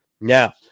now